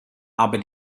aber